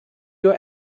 your